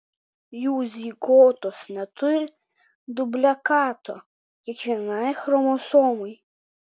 jų zigotos neturi dublikato kiekvienai chromosomai